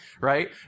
right